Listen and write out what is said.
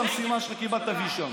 מספיק עם ההכפשה של הבן אדם הזה.